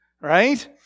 right